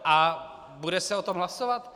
A bude se o tom hlasovat?